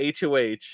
HOH